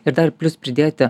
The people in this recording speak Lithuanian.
ir dar plius pridėti